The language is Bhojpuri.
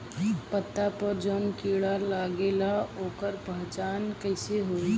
पत्ता पर जौन कीड़ा लागेला ओकर पहचान कैसे होई?